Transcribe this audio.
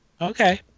okay